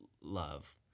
love